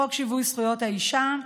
חוק שיווי זכויות האישה,